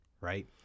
right